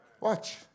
Watch